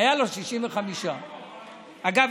היו לו 65. אגב,